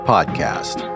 Podcast